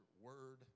word